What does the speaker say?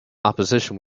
opposition